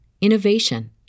innovation